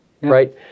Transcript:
Right